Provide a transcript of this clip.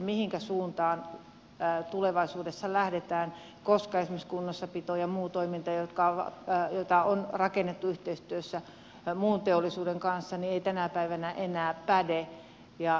mihinkä suuntaan tulevaisuudessa lähdetään koska esimerkiksi kunnossapito ja muu toiminta joita on rakennettu yhteistyössä muun teollisuuden kanssa eivät tänä päivänä enää päde